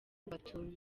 batuye